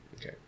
Okay